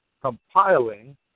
compiling